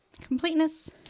Completeness